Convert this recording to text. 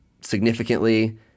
significantly